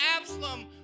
Absalom